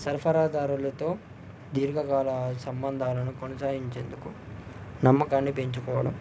సరఫరా దారులతో దీర్ఘకాల సంబంధాలను కొనసాగించేందుకు నమ్మకాన్ని పెంచుకోవడం